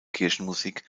kirchenmusik